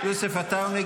יוסף עטאונה,